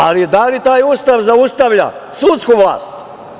Ali da li taj Ustav zaustavlja sudsku vlast?